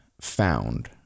found